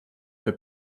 for